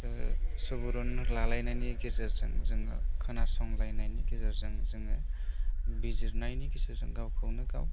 सुबुरुन लालायनायनि गेजेरजों जोङो खोनासंलायनायनि गेजेरजों जोङो बिजिरनायनि गेजेरजों जोङो गावखौनो गाव